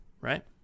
right